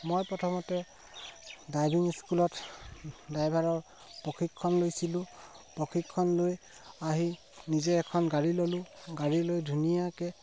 মই প্ৰথমতে ড্ৰাইভিং স্কুলত ড্ৰাইভাৰৰ প্ৰশিক্ষণ লৈছিলোঁ প্ৰশিক্ষণ লৈ আহি নিজে এখন গাড়ী ল'লোঁ গাড়ী লৈ ধুনীয়াকৈ